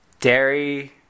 dairy